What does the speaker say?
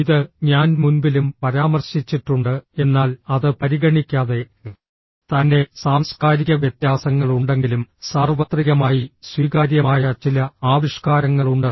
ഇത് ഞാൻ മുൻപിലും പരാമർശിച്ചിട്ടുണ്ട് എന്നാൽ അത് പരിഗണിക്കാതെ തന്നെ സാംസ്കാരിക വ്യത്യാസങ്ങളുണ്ടെങ്കിലും സാർവത്രികമായി സ്വീകാര്യമായ ചില ആവിഷ്കാരങ്ങളുണ്ട്